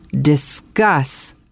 discuss